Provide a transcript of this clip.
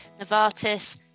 Novartis